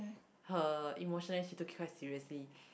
her emotional and she took it quite seriously